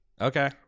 Okay